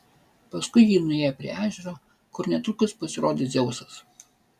paskui ji nuėjo prie ežero kur netrukus pasirodė dzeusas